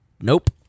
Nope